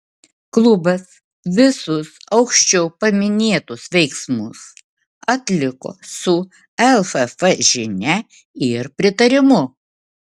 klubas visus aukščiau paminėtus veiksmus atliko su lff žinia ir pritarimu